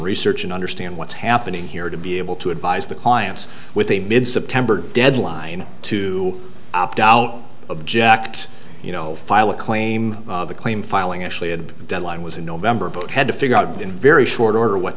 research and understand what's happening here to be able to advise the clients with a mid september deadline to opt out object you know file a claim the claim filing actually added the deadline was in november but had to figure out in very short order what